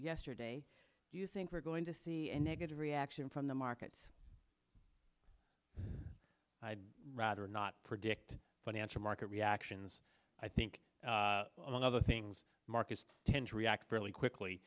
yesterday do you think we're going to see a negative reaction from the markets i'd rather not predict financial market reactions i think all other things markets tend to react fairly quickly